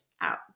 out